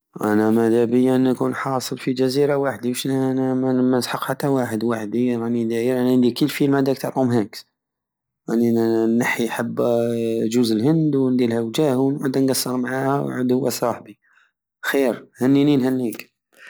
انا مادابية نكون حاصل في جزيرة وحدي وشن انا مانسحق حتا واحد وحدي راني داير كي الفليم هداك تع طوم هانكس اني نحي حبة جوز الهند ونديرلها وجه ونعود نقسر معاها ويعود هو صاحبي خير هنيني نهنيك